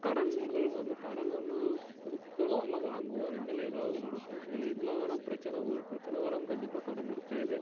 கடன்கள் வந்து கடன் ஒன்று கொடுக்கணும் இல்லை வாங்குவோம் ரெண்டில் எதாவது நடக்கும் இதில் எதில் வேணா பிரச்சனை வரும் பிரச்சனை வராமல் கண்டிப்பாக கடன் இருக்காது